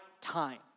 time